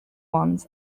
ones